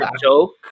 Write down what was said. joke